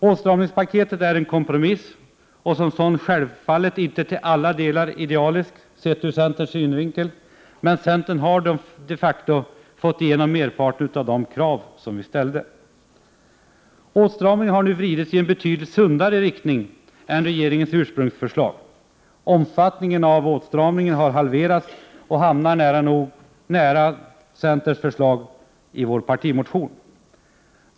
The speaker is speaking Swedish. Åtstramningspaketet är en kompromiss och som sådan självfallet inte i alla delar idealisk sett ur centerns synvinkel. Men vi har de facto fått igenom merparten av de krav som vi ställde. Åtstramningen har nu vridits i en betydligt sundare riktning än regeringens ursprungsförslag. Omfattningen av åtstramningen har halverats och hamnar nära centerns förslag i vår partimotion.